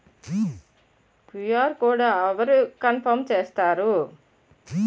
QR code అవరు confirm చేస్తారు?